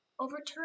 Overturn